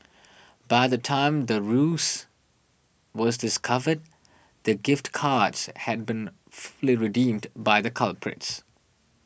by the time the ruse was discovered the gift cards had been fully redeemed by the culprits